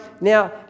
Now